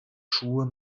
schuhe